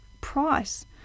price